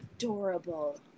Adorable